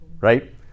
right